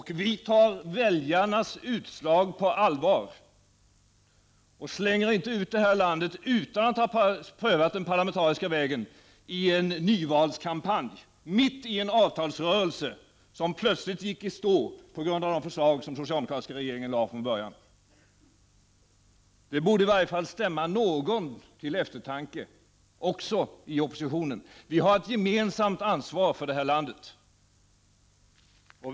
Vi tog väljarnas utslag på allvar, och vi slängde inte ut vårt land — utan att i en nyvalskampanj göra en parlamentarisk prövning — mitt i en avtalsrörelse, som plötsligt gick i stå på grund av de förslag som den socialdemokratiska regeringen lade fram från början. Detta borde i varje fall stämma någon till eftertanke, även i oppositionen. Vi har alla ett gemensamt ansvar för detta land.